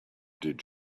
did